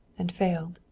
and failed.